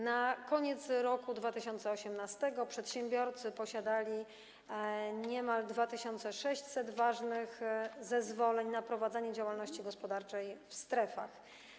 Na koniec roku 2018 przedsiębiorcy posiadali niemal 2600 ważnych zezwoleń na prowadzenie działalności gospodarczej w strefach.